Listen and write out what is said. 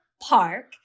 park